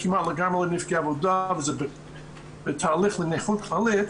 --- לנפגעי עבודה וזה בתהליך לנכות כללית,